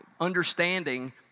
understanding